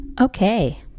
okay